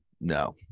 no